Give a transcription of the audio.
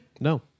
No